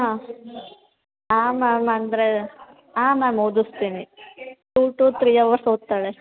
ಹಾಂ ಹಾಂ ಮ್ಯಾಮ್ ಅಂದರೆ ಹಾಂ ಮ್ಯಾಮ್ ಓದಿಸ್ತೀನಿ ಟೂ ಟು ತ್ರೀ ಅವರ್ಸ್ ಓದ್ತಾಳೆ